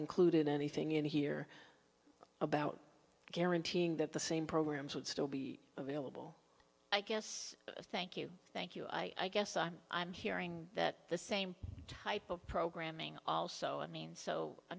included anything in here about guaranteeing that the same programs would still be available i guess thank you thank you i guess i'm i'm hearing that the same type of programming also i mean so i